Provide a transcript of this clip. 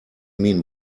mean